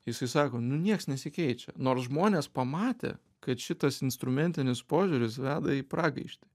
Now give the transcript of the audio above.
jisai sako nu nieks nesikeičia nors žmonės pamatė kad šitas instrumentinis požiūris veda į pragaištį